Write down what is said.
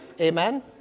Amen